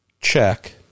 check